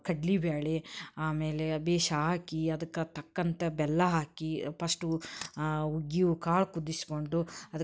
ಕಡ್ಲೆ ಬೇಳೆ ಆಮೇಲೆ ಭೇಷ ಹಾಕಿ ಅದ್ಕೆ ತಕ್ಕಂತೆ ಬೆಲ್ಲ ಹಾಕಿ ಪಶ್ಟು ಹುಗ್ಗಿಯು ಕಾಳು ಕುದಿಸಿಕೊಂಡು ಅದಕ್ಕೆ